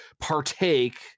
partake